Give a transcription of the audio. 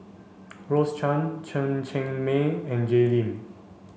Rose Chan Chen Cheng Mei and Jay Lim